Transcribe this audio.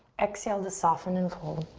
exhale to soften and fold.